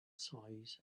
size